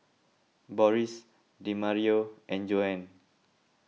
Boris Demario and Joanne